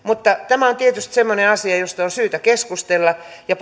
tämä on tietysti semmoinen asia josta on syytä keskustella ja